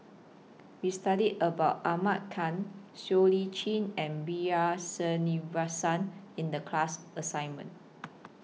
We studied about Ahmad Khan Siow Lee Chin and B R Sreenivasan in The class assignment